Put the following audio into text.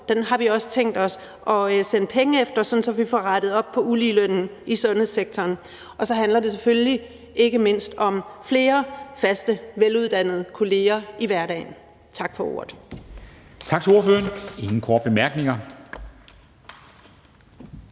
har vi også tænkt os at sende penge efter, sådan at vi får rettet op på uligelønnen i sundhedssektoren. Og så handler det selvfølgelig ikke mindst om flere faste veluddannede kolleger i hverdagen. Tak for ordet.